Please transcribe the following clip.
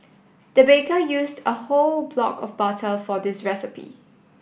the baker used a whole block of butter for this recipe